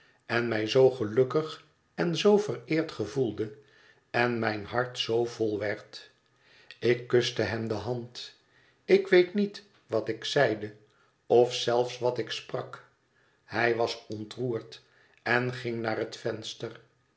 en mij zoo gelukkig en zoo vereerd gevoelde en mijn hart zoo vol werd ik kuste hem de hand ik weet niet wat ik zeide of zelfs wat ik sprak hij was ontroerd en ging naar het venster